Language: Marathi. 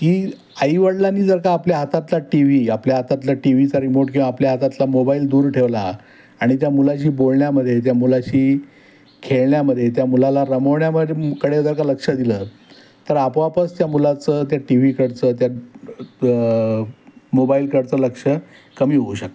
की आईवडलांनी जर का आपल्या हातातला टी व्ही आपल्या हातातलं टी व्हीचा रिमोट किंवा आपल्या हातातला मोबाईल दूर ठेवला आणि त्या मुलाशी बोलण्यामध्ये त्या मुलाशी खेळण्यामध्ये त्या मुलाला रमवण्यामध्ये कडे जर का लक्ष दिलं तर आपोआपच त्या मुलाचं त्या टी व्हीकडचं त्या मोबाईलकडचं लक्ष कमी होऊ शकतं